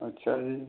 अच्छा जी